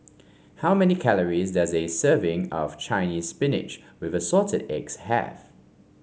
how many calories does a serving of Chinese Spinach with Assorted Eggs have